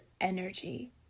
energy